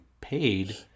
paid